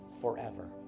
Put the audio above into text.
forever